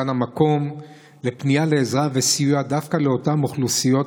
כאן המקום לפנייה לעזרה וסיוע דווקא לאותן אוכלוסיות